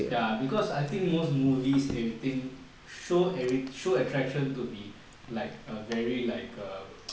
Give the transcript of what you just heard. ya because I think most movies and we think show show attraction to be like err very like err